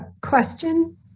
question